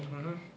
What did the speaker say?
mmhmm